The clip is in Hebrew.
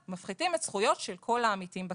מפחיתים את הזכויות של כל העמיתים בקרן.